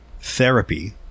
therapy